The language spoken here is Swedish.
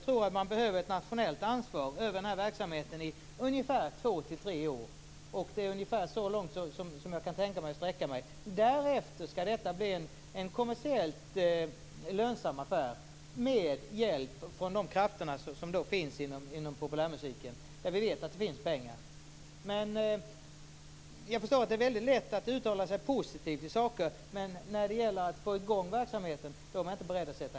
Det behövs ett nationellt ansvar för verksamheten i ungefär två tre år, tror jag. Det är så långt jag kan sträcka mig. Därefter skall museet bli en kommersiellt lönsam affär, med hjälp av de krafter som finns inom populärmusiken. Vi vet att det finns pengar där. Jag förstår att det är lätt att uttala sig positivt om saker, men när det gäller att få i gång verksamheten är man inte beredd att bidra.